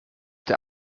der